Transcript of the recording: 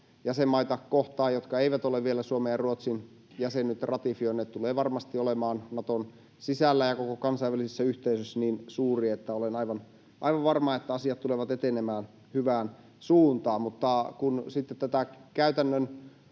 jäsenmaita kohtaan, jotka eivät ole vielä Suomen ja Ruotsin jäsenyyttä ratifioineet, tulee varmasti olemaan Naton sisällä ja koko kansainvälisessä yhteisössä niin suuri, että olen aivan varma, että asiat tulevat etenemään hyvään suuntaan. Mutta kun sitten tätä käytännön